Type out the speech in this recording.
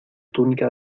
túnica